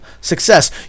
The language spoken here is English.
success